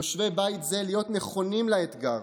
יושבי בית זה, להיות נכונים לאתגר